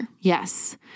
Yes